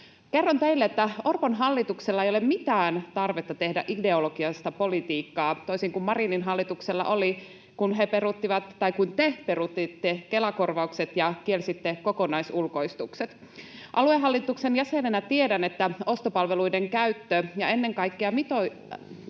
Kerron teille, että Orpon hallituksella ei ole mitään tarvetta tehdä ideologiasta politiikkaa, toisin kuin Marinin hallituksella, kun te peruutitte Kela-korvaukset ja kielsitte kokonaisulkoistukset. Aluehallituksen jäsenenä tiedän, että ostopalveluiden käyttö johtuu ennen kaikkea mitoitusten